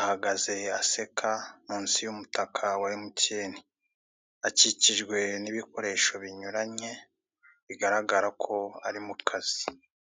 ahagaze aseka munsi y'umutaka wa emutiyeni, akikijwe n'ibikoresho binyuranye, bigaragara ko ari mukazi.